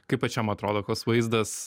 kaip pačiam atrodo koks vaizdas